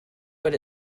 but